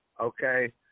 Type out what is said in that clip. Okay